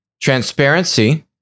transparency